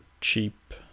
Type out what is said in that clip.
cheap